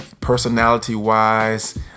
personality-wise